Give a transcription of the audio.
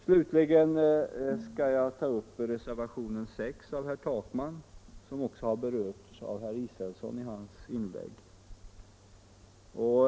Slutligen skall jag ta upp reservationen 6 av herr Takman, vilken också berörts av herr Israelsson i hans inlägg.